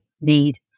need